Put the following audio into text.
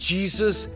Jesus